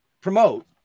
promote